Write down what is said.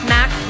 Mac